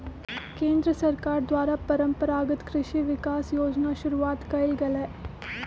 केंद्र सरकार द्वारा परंपरागत कृषि विकास योजना शुरूआत कइल गेलय